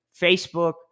Facebook